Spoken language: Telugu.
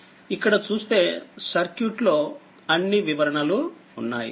ఇక్కడ చూస్తే సర్క్యూట్ లో అన్ని వివరణలు ఉన్నాయి